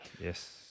Yes